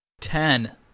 Ten